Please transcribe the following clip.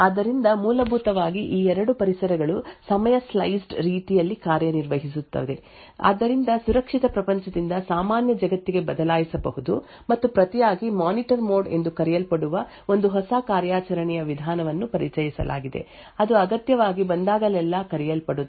ಆದ್ದರಿಂದ ಮೂಲಭೂತವಾಗಿ ಈ ಎರಡು ಪರಿಸರಗಳು ಸಮಯ ಸ್ಲೈಸ್ಡ್ ರೀತಿಯಲ್ಲಿ ಕಾರ್ಯನಿರ್ವಹಿಸುತ್ತವೆ ಆದ್ದರಿಂದ ಸುರಕ್ಷಿತ ಪ್ರಪಂಚದಿಂದ ಸಾಮಾನ್ಯ ಜಗತ್ತಿಗೆ ಬದಲಾಯಿಸಬಹುದು ಮತ್ತು ಪ್ರತಿಯಾಗಿ ಮಾನಿಟರ್ ಮೋಡ್ ಎಂದು ಕರೆಯಲ್ಪಡುವ ಒಂದು ಹೊಸ ಕಾರ್ಯಾಚರಣೆಯ ವಿಧಾನವನ್ನು ಪರಿಚಯಿಸಲಾಗಿದೆ ಅದು ಅಗತ್ಯವಾಗಿ ಬಂದಾಗಲೆಲ್ಲಾ ಕರೆಯಲ್ಪಡುತ್ತದೆ